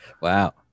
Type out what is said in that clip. Wow